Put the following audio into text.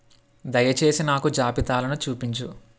దయచేసి నాకు జాబితాలను చూపించు